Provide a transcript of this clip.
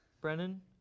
Brennan